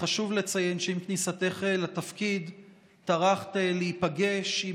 וחשוב לציין שעם כניסתך לתפקיד טרחת להיפגש עם